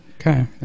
okay